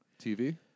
TV